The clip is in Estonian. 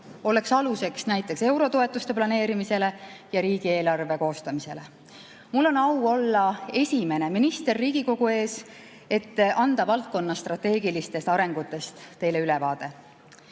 olles aluseks näiteks eurotoetuste planeerimisele ja riigieelarve koostamisele. Mul on au olla esimene minister Riigikogu ees, et anda valdkonna strateegilistest arengutest teile ülevaade.